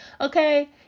Okay